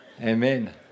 amen